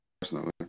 personally